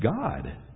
God